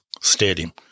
stadium